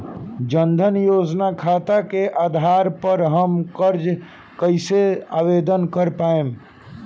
जन धन योजना खाता के आधार पर हम कर्जा कईसे आवेदन कर पाएम?